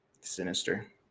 Sinister